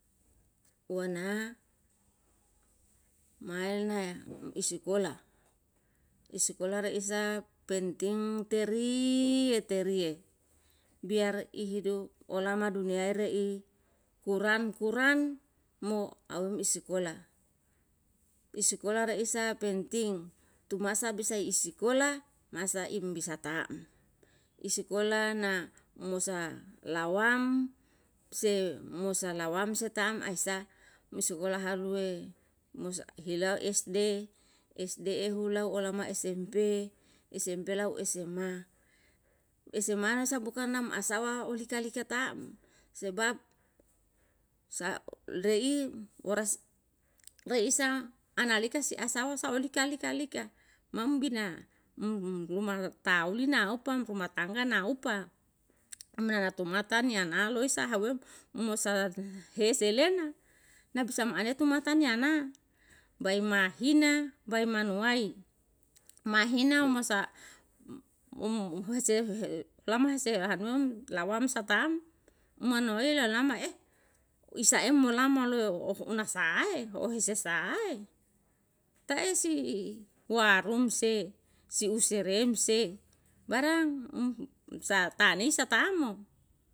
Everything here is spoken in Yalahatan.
Wana malna isikola, isikola reisa penting terie-terie biar i hidup ola ma dunia ilere i kuran-kuran mo aum isikola. Isikola reisa penting tu masa i bisa isikola masa im bisa taem. Isikola na mosa laowam semosa lawam setam ahsa misikola harue mosa hilal esde, esde ehula ola ma esempe, esempe lau esema. Esema sa bukan namasawa ulika likataem sebab sa re i woras le isa analika si asaw saw lika lika lika mambina mumataulina upa rumam tangga naupa natumata yanaloisa hawei mumu sa heselena nabisa anetumatanya na bae mahina bae manuwai, mahina masa, mumu hasee lamase hanum lawam satam manuwea lama eh isa emu lama luhu una saee, uhuseae taehsi warum si usire remse barang satanisatamo.